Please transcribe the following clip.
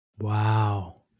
Wow